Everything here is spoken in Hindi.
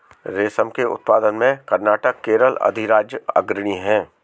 रेशम के उत्पादन में कर्नाटक केरल अधिराज्य अग्रणी है